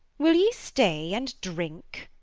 will ye stay and drink?